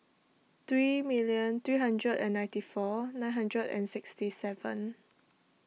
three million three hundred and ninety four nine hundred and sixty seven